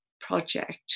project